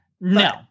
no